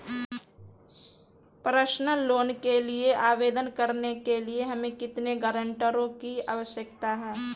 Personal loan के लिए आवेदन करने के लिए हमें कितने गारंटरों की आवश्यकता है?